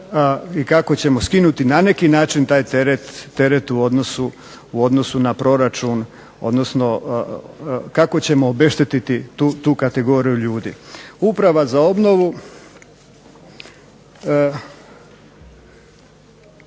i kako ćemo skinuti na neki način taj teret u odnosu na proračun, odnosno kako ćemo obeštetiti tu kategoriju ljudi. Uprava za obnovu.